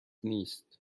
نیست